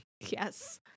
Yes